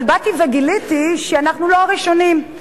אבל באתי וגיליתי שאנחנו לא הראשונים.